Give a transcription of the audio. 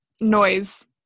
noise